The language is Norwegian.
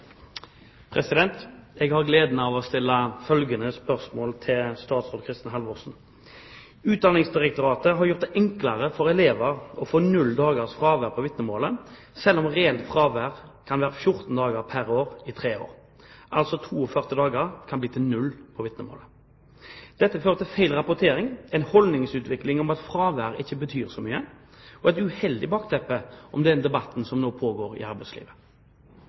til statsråd Kristin Halvorsen: «Utdanningsdirektoratet har gjort det enklere for elever å få 0 dagers fravær på vitnemålet, selv om reelt fravær kan være 14 dager pr. år i 3 år. Altså, 42 dager kan bli til 0 i vitnemålet. Dette fører til feil rapportering, en holdningsutvikling om at fravær ikke betyr så mye, og er et uheldig bakteppe for debatten som foregår i arbeidslivet.